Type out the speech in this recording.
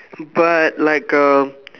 but like a